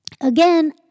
Again